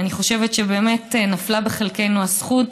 אני חושבת שבהחלט נפלה בידינו הזכות,